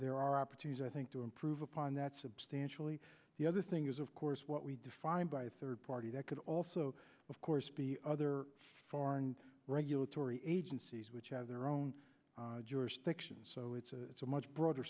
there are opportunities i think to improve upon that substantially the other thing is of course what we define by a third party that could also of course be other foreign regulatory agencies which have their own jurisdiction so it's a much broader